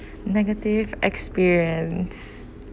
negative experience